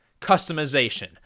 customization